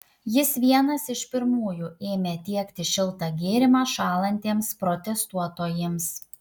jis vienas iš pirmųjų ėmė tiekti šiltą gėrimą šąlantiems protestuotojams